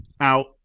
out